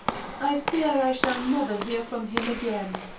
i fear i shall never hear from him again.